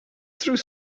through